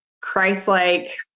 Christ-like